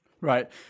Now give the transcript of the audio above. Right